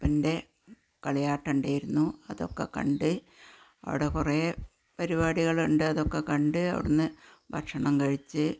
മുത്തപ്പന്റെ കളിയാട്ട് ഉണ്ടായിരുന്നു അതൊക്കെ കണ്ട് അവിടെ കുറേ പരിപാടികളുണ്ട് അതൊക്കെ കണ്ട് അവിടെ നിന്ന് ഭക്ഷണം കഴിച്ച്